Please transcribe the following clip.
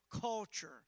culture